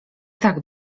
tak